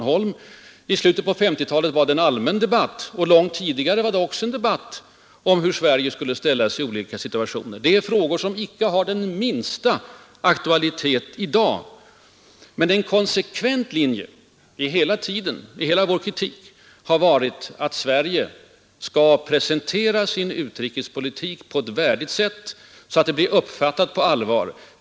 I slutet av 1950-talet var det en allmän debatt, och långt tidigare fördes det också debatt om hur Sverige skulle ställa sig i olika tänkta utrikespolitiska situationer. Det är frågor som icke har den minsta aktualitet i dag. Men en konsekvent linje i vår kritik genom åren har varit att Sverige skall presentera sin utrikespolitik på ett värdigt sätt, så att den blir tagen på allvar.